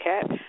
cat